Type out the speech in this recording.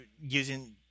using